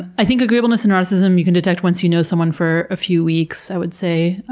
i think agreeableness and narcissism you can detect once you know someone for a few weeks. i would say,